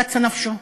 קצה נפשו,